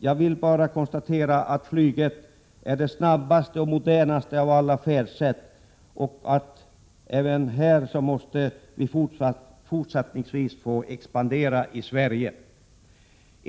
Jag vill bara konstatera att flyget är det snabbaste och modernaste av alla färdsätt och att det även fortsättningsvis måste få expandera i Sverige.